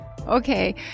Okay